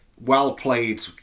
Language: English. well-played